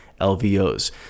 lvo's